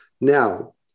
Now